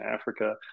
Africa